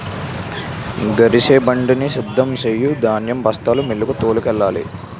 గరిసెబండిని సిద్ధం సెయ్యు ధాన్యం బస్తాలు మిల్లుకు తోలుకెల్లాల